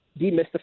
demystify